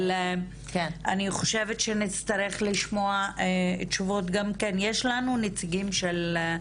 אבל אני חושבת שנצטרך לשמוע תשובות גם כן יש לנו נציגים של,